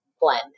blend